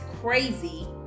crazy